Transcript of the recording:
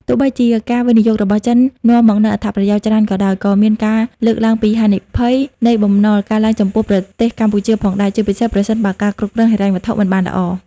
ទោះបីជាការវិនិយោគរបស់ចិននាំមកនូវអត្ថប្រយោជន៍ច្រើនក៏ដោយ ក៏មានការលើកឡើងពីហានិភ័យនៃបំណុលកើនឡើងចំពោះប្រទេសកម្ពុជាផងដែរ ជាពិសេសប្រសិនបើការគ្រប់គ្រងហិរញ្ញវត្ថុមិនបានល្អ។